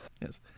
Yes